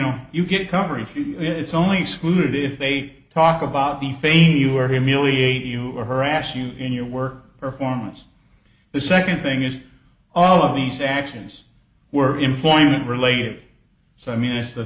know you get coverage it's only split if they talk about the fame you are humiliate you or harass you in your work performance the second thing is all of these actions were employment related so i mean it's the